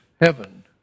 heaven